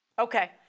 Okay